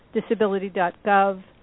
disability.gov